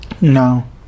No